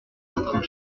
rentrant